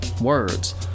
words